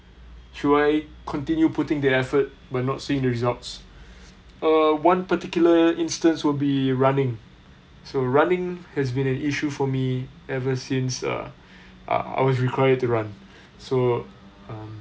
should I continue putting that effort but not seeing the results err one particular instance will be running so running has been an issue for me ever since err I was required to run so uh